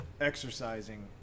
exercising